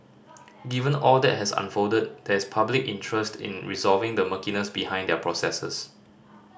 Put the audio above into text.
given all that has unfolded there is public interest in resolving the murkiness behind their processes